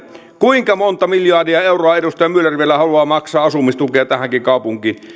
kuinka monta miljardia euroa edustaja myller vielä haluaa maksaa asumistukea tähänkin kaupunkiin